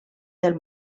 del